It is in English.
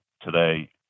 today